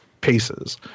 paces